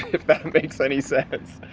if that and makes any sense?